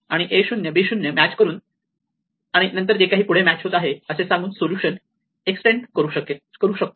मी a 0 आणि b 0 match करून आणि नंतर जे काही पुढे मॅच होत आहे असे सांगून ते सोल्युशन एक्सटेंड करू शकतो